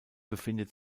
befindet